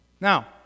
Now